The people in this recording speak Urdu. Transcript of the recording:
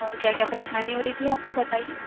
اور کیا کیا پریشانی ہو رہی تھی آپ کو بتائیے